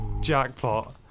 jackpot